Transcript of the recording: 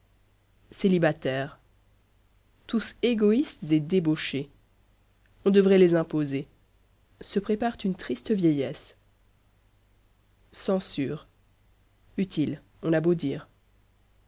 celibataires tous égoïstes et débauchés on devrait les imposer se préparent une triste vieillesse censure utile on a beau dire